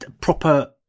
proper